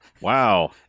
wow